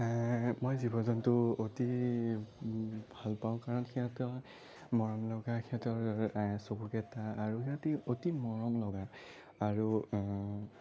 মই জীৱ জন্ত অতি ভালপাওঁ কাৰণ সিহঁতৰ মৰম লগা সিহঁতৰ চকুকেইটা আৰু সিহঁতি অতি মৰম লগা আৰু